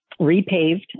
repaved